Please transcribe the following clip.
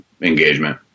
engagement